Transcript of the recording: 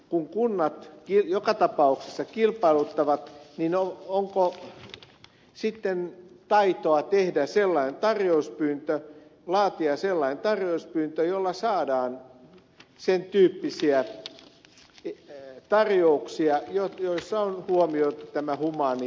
kun kunnat joka tapauksessa kilpailuttavat niin onko sitten taitoa tehdä sellainen tarjouspyyntö laatia sellainen tarjouspyyntö jolla saadaan sen tyyppisiä tarjouksia joissa on huomioitu tämä humaani näkökulma